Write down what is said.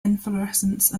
inflorescence